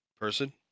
person